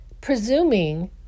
presuming